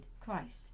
christ